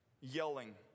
Yelling